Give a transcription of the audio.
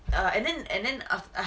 and then and then aft~ !huh!